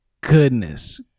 Goodness